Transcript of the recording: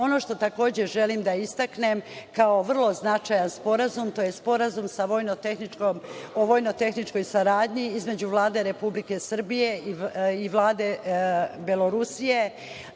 što takođe želim da istaknem kao vrlo značajan sporazum, to je Sporazum o vojno-tehničkoj saradnji između Vlade Republike Srbije i Vlade Belorusije.